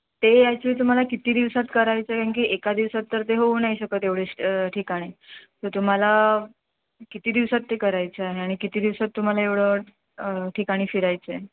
ते ॲक्च्युली तुम्हाला किती दिवसात करायचं आहे की एका दिवसात तर ते होऊ नाही शकत एवढे ठिकाणे तर तुम्हाला किती दिवसात ते करायचं आहे आणि किती दिवसात तुम्हाला एवढं ठिकाणी फिरायचं आहे